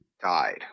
died